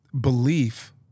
belief